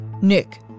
Nick